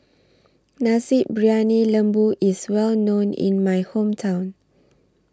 Nasi Briyani Lembu IS Well known in My Hometown